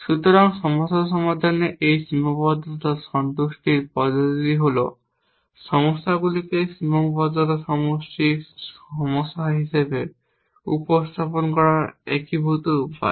সুতরাং সমস্যা সমাধানের এই সীমাবদ্ধতা সন্তুষ্টির পদ্ধতিটি হল সমস্যাগুলিকে সীমাবদ্ধতা সন্তুষ্টি সমস্যা হিসাবে উপস্থাপন করার একীভূত উপায়